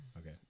Okay